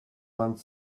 vingt